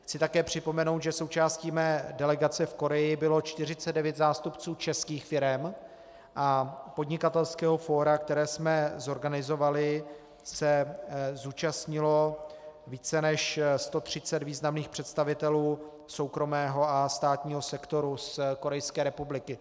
Chci také připomenout, že součástí mé delegace v Korei bylo 49 zástupců českých firem a podnikatelského fóra, které jsme zorganizovali, se zúčastnilo více než 130 významných představitelů soukromého a státního sektoru z Korejské republiky.